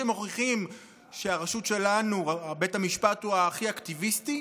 שמוכיחים שבית המשפט שלנו הוא הכי אקטיביסטי?